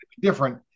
different